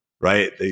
right